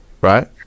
right